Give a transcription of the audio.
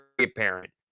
apparent